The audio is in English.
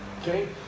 Okay